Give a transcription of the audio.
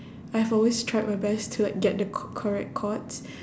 I've always tried my best to like get the c~ correct chords